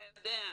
אתה יודע,